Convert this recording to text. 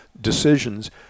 decisions